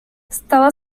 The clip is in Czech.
stala